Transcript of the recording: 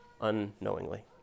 unknowingly